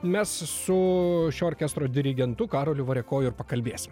mes su šio orkestro dirigentu karoliu variakoju ir pakalbėsim